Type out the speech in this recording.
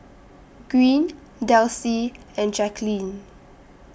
Green Delcie and Jaquelin